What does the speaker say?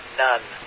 none